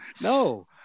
no